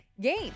game